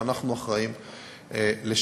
ואנחנו אחראים לשווק.